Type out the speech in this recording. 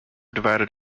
divided